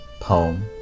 poem